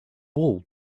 wool